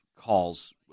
calls